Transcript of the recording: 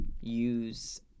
use